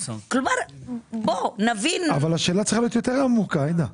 השאלה צריכה להיות יותר עמוקה,